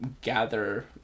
gather